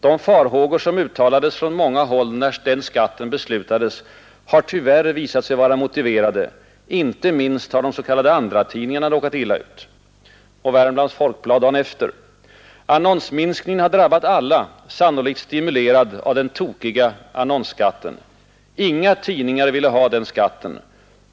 De farhågor som uttalades från många håll när den skatten beslutades har tyvärr visat sig vara motiverade. Inte minst har de s.k. andratidningarna råkat illa ut.” Värmlands Folkblad dagen därefter: ”Annonsminskningen har drabbat alla, sannolikt stimulerad av den tokiga annonsskatten. Inga tidningar ville ha den skatten.